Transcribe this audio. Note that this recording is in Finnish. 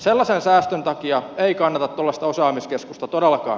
sellaisen säästön takia ei kannata tuollaista osaamiskeskusta todellakaan